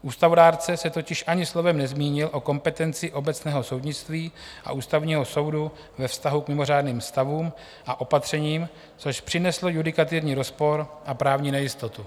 Ústavodárce se totiž ani slovem nezmínil o kompetenci obecného soudnictví a Ústavního soudu ve vztahu k mimořádným stavům a opatřením, což přineslo judikaturní rozpor a právní nejistotu.